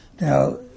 Now